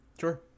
sure